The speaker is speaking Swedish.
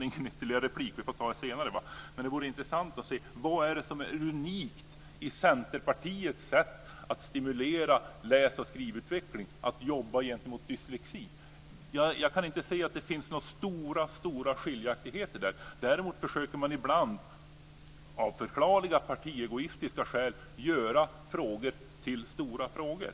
har inte någon ytterligare replik, så jag måste få besked senare, men det vore intressant att få höra vad som är unikt i Centerpartiets sätt att stimulera läs och skrivutveckling för dyslektiker. Jag kan inte se några stora skiljaktigheter. Man försöker ibland av förklarliga partiegoistiska skäl göra frågor större än de är.